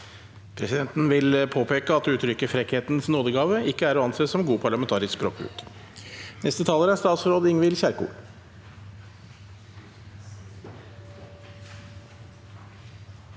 Presidenten vil påpeke at uttrykket «frekkhetens nådegave» ikke er å anse som god parlamentarisk språkbruk. Statsråd Ingvild Kjerkol